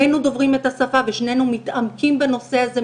שנינו דוברים את השפה ושנינו מתעמקים בנושא הזה,